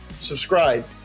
subscribe